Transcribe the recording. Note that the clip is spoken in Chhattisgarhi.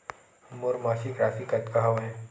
मोर मासिक राशि कतका हवय?